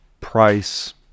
price